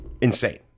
Insane